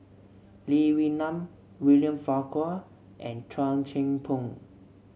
Lee Wee Nam William Farquhar and Chua Thian Poh